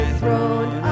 throne